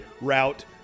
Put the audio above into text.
route